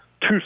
two